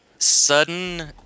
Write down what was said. sudden